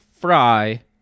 fry